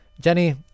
Jenny